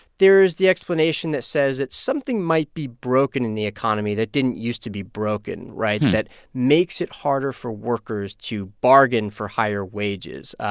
there is the explanation that says that something might be broken in the economy that didn't used to be broken right? that makes it harder for workers to bargain for higher wages.